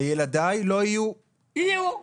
לילדיי לא יהיו -- יהיו.